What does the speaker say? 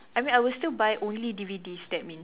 I mean I will still buy only D_V_Ds that means